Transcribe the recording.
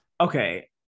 Okay